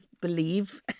believe